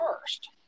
first